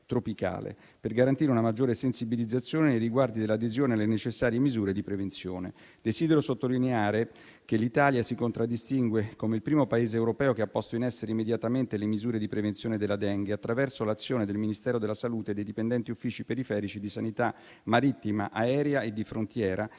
tropicale, e per garantire una maggiore sensibilizzazione nei riguardi dell'adesione alle necessarie misure di prevenzione. Desidero sottolineare che l'Italia si contraddistingue come il primo Paese europeo ad aver posto in essere immediatamente le misure di prevenzione della Dengue, attraverso l'azione del Ministero della salute e dei dipendenti degli uffici periferici di sanità marittima, aerea e di frontiera